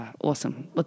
awesome